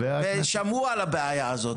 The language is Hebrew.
ושמעו על הבעיה הזאת,